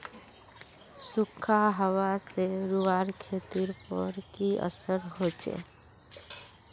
सुखखा हाबा से रूआँर खेतीर पोर की असर होचए?